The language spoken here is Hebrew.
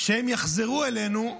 שהם יחזרו אלינו.